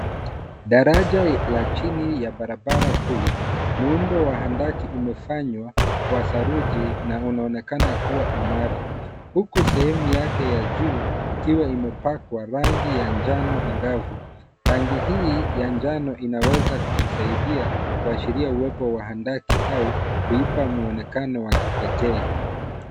Daraja la chini ya barabara kuu. Muundo wa handaki umefanywa kwa saruji, na unaonekana kua imara, huku sehemu yake ya juu, ikiwa imepakwa rangi ya njano angavu. Rangi hii ya njano inaweza kusaidia kuashiria uwepo wa handaki au kuipa mwonekano wa kipekee.